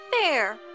fair